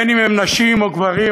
בין אם הם נשים או גברים,